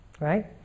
right